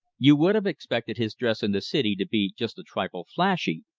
you would have expected his dress in the city to be just a trifle flashy,